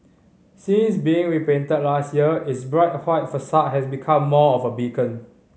since being repainted last year its bright white facade has become more of a beacon